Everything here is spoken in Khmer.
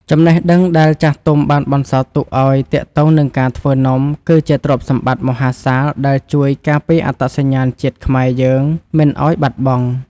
ចំណេះដឹងដែលចាស់ទុំបានបន្សល់ទុកឱ្យទាក់ទងនឹងការធ្វើនំគឺ ជាទ្រព្យសម្បត្តិមហាសាលដែលជួយការពារអត្តសញ្ញាណជាតិខ្មែរយើងមិនឱ្យបាត់បង់។